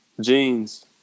jeans